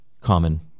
common